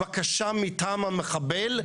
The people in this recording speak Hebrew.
הבקשה מטעם המחבל,